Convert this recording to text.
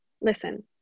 listen